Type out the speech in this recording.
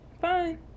fine